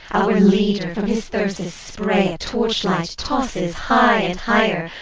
our leader, from his thyrsus spray a torchlight tosses high and higher,